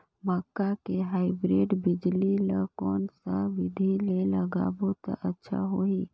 मक्का के हाईब्रिड बिजली ल कोन सा बिधी ले लगाबो त अच्छा होहि?